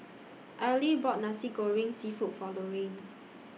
Arely bought Nasi Goreng Seafood For Loraine